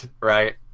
right